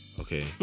okay